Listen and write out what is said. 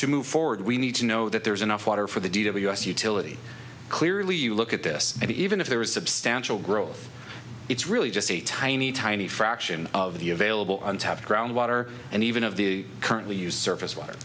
to move forward we need to know that there's enough water for the deed of us utility clearly you look at this and even if there is substantial growth it's really just a tiny tiny fraction of the available on tap ground water and even of the currently used surface w